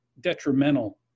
detrimental